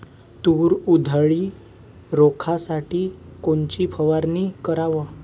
तूर उधळी रोखासाठी कोनची फवारनी कराव?